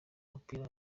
umupira